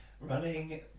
Running